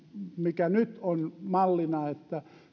mikä nyt on mallina